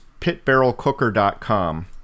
pitbarrelcooker.com